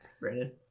Brandon